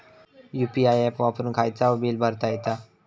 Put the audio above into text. UPI app वापरून खायचाव bill भरता येता